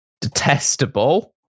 detestable